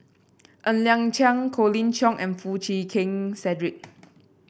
Ng Liang Chiang Colin Cheong and Foo Chee Keng Cedric